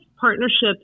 partnerships